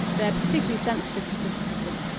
they're particularly sensitive to criticism,